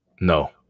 No